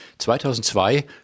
2002